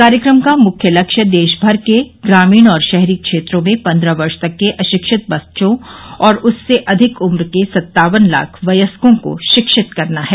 कार्यक्रम कामुख्य लक्ष्य देशमर के ग्रामीण और शहरी क्षेत्रों में पन्द्रह वर्ष तक के अशिक्षित बच्चों और उससे अधिक उम्र के सत्तावन लाख व्यस्कों को शिक्षित करना है